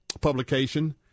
publication